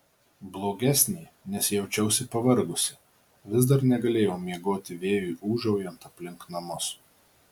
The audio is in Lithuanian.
blogesnė nes jaučiausi pavargusi vis dar negalėjau miegoti vėjui ūžaujant aplink namus